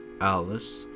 Alice